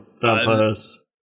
vampires